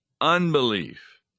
unbelief